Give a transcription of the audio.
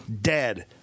dead